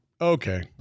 Okay